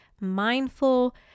mindful